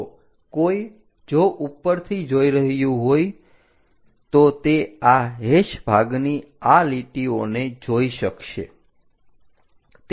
તો કોઈ જો ઉપરથી જોઈ રહ્યું હોય તે આ હેશ ભાગની આ લીટીઓને જોઈ શકશે